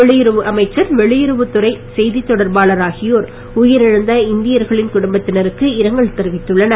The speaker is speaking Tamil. வெளியுறவு அமைச்சர் வெளியுறவுத் துறை செய்தித் தொடர்பாளர் ஆகியோர் உயிர் இழந்த இந்தியர்களின் குடும்பத்தினருக்கு இரங்கல் தெரிவித்துள்ளனர்